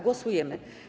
Głosujemy.